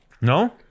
No